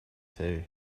too